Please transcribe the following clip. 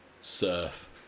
surf